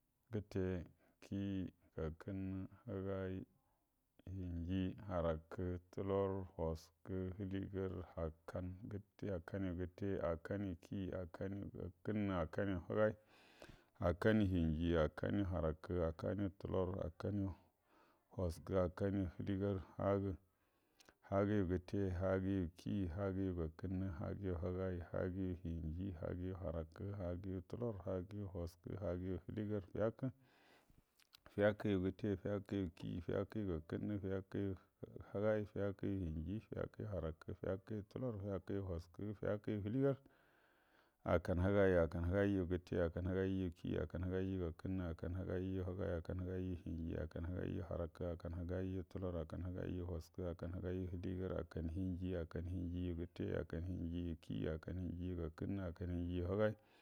Gəte, kiyi, gəakənnə, həgəy, hanje, həarakə, tuəlor, wəaskə, həliegəar, həkan, hakanuə gəte, hakan’uə kiyi, hakanu’e gəakənnə, hakanuə həgəy, hakənuə hənjie, hakanu’ə həarakə, hakanu’ə tualor, inakanuə, wəaskə, hakanu’ə həlie gəar, haguə, haguəu gəte, haguə kiyi, haguəu gəakənnə, haguəu həgəy, haguəu hənjie, haguəu həarakə, haguau tuəlor, haguəu wəaskə, haguau həliegəar, fəakə, fəakəu gətə, fəakəu kiyi, fəakəu gəakənnə, fəakəu həgəu, fəakau hənjie, fəakə wəaskə, fəakəu həarakə, fəakuə tuəlor, fəakəu həaliegəar, hakan həgər hakan həgəyu gəte, hakan həgəyu kiyi, hakan həgəyu gəakənnə, hakan həgəyu ha̱gəyu, hakan həgəyu hənjie, hakan həgəyu həarakə, hakan həgəy tuəlor, hakanyu wəaskə, hakan həgəyu həaliegəar, hakan hənjie, hakan hənjie yu gəte, hakan həjiyu kiyi, hakau həjiy, gəakənnu, hakan hənjieyu həgan.